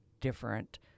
different